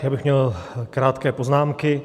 Já bych měl krátké poznámky.